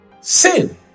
Sin